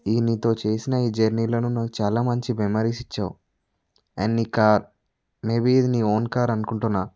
ఈ నీతో చేసిన ఈ జర్నీలో నువ్వు నాకు చాలా మంచి మెమరీస్ ఇచ్చావు అండ్ నీ కార్ మే బీ ఇది నీ ఓన్ కార్ అనుకుంటున్నాను